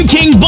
King